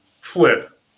flip